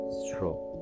stroke